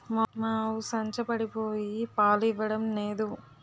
మా ఆవు సంచపడిపోయి పాలు ఇవ్వడం నేదు